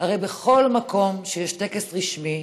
הרי בכל מקום שיש טקס רשמי,